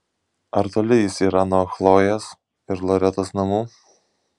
ar toli jis yra nuo chlojės ir loretos namų